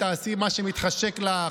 תעשי מה שמתחשק לך.